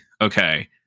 okay